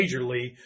majorly